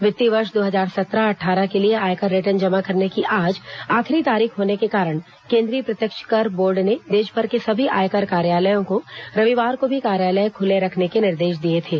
वित्तीय वर्ष दो हजार सत्रह अट्ठारह के लिए आयकर रिटर्न जमा करने की आज आखिरी तारीख होने के कारण केन्द्रीय प्रत्यक्ष कर बोर्ड ने देशभर के सभी आयकर कार्यालयों को रविवार को भी कार्यालय खुले रखने के निर्देश दिए थे